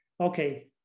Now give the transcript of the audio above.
okay